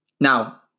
Now